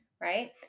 right